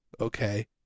okay